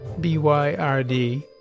B-Y-R-D